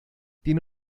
tiene